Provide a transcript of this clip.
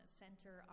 center